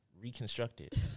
reconstructed